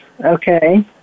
okay